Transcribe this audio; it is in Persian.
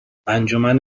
انجمن